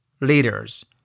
leaders